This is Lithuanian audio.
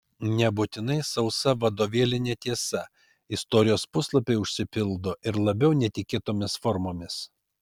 nebūtinai sausa vadovėlinė tiesa istorijos puslapiai užsipildo ir labiau netikėtomis formomis